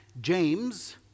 James